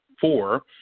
four